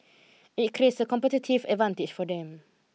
it creates a competitive advantage for them